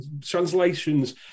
translations